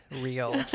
real